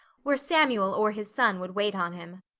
where samuel or his son would wait on him.